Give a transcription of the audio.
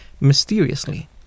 mysteriously